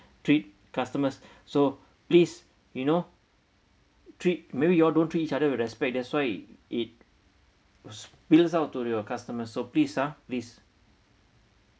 treat customers so please you know treat maybe you all don't treat each other with respect that's why it spilt out to your customer so please ah please